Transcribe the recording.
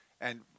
and-